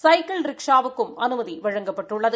cycle ரிக்ஷாவுக்கு அனுமதி வழங்கப்பட்டுள்ளது